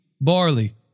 barley